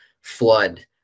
flood